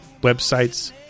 websites